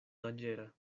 danĝera